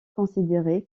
considéré